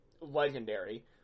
legendary